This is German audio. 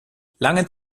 lange